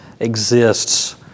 exists